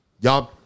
y'all